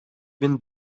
bin